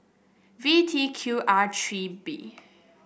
V T Q R three B